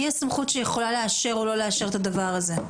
מי יכול לאשר או לא לאשר את הדבר הזה?